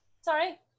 Sorry